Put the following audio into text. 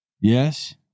yes